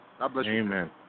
Amen